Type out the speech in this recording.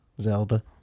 zelda